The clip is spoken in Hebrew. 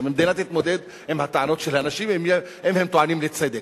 שהמדינה תתמודד עם הטענות של האנשים אם הם טוענים לצדק.